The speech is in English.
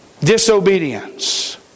Disobedience